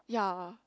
ya